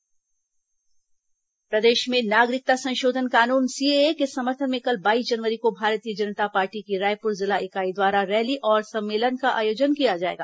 CAA rally प्रदेश में नागरिकता संशोधन कानून सीएए के समर्थन में कल बाईस जनवरी को भारतीय जनता पार्टी की रायपुर जिला इकाई द्वारा रैली और सम्मेलन का आयोजन किया जाएगा